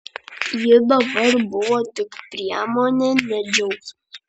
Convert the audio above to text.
ji dabar buvo tik priemonė ne džiaugsmas